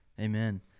Amen